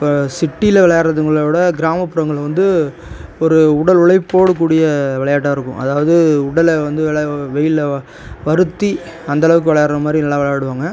இப்போ சிட்டியில் விளையாடறதுங்களை விட கிராமப்புறங்களில் வந்து ஒரு உடல் உழைப்போடு கூடிய விளையாட்டாக இருக்கும் அதாவது உடலை வந்து நல்லா வெயிலில் வருத்தி அந்த அளவுக்கு விளையாடுற மாதிரி நல்லா விளையாடுவாங்க